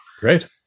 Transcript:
Great